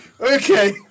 Okay